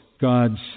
God's